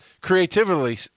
creatively